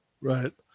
Right